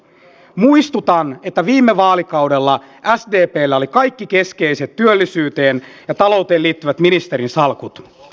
muistutan että viime vaalikaudella sdpllä oli kaikki keskeiset työllisyyteen ja talouteen liittyvät ministerinsalkut